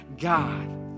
God